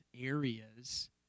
areas